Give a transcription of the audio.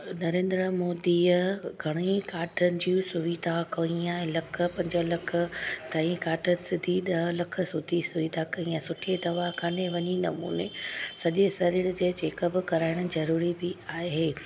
नरेंद्र मोदीअ घणई कार्टनि जी सुविधा कई आहे लख पंज लख ताईं काट सिधी ॾह लख सुठी सुविधा कई आहे सुठी दवाखाने वञी नमूने सॼे शरीर जे जेका बि कराइणु ज़रूरी बि आहे